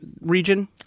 region